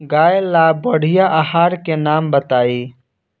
गाय ला बढ़िया आहार के नाम बताई?